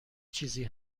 چیزی